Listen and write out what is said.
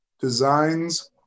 Designs